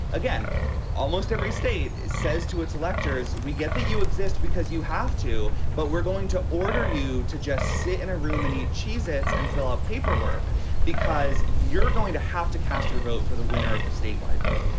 again almost every state says to its electors we get that you exist because you have to. but we're going to order you to just sit in a room and eat cheez its and fill out paperwork because you're going to have to cast your vote for the winner of the statewide vote.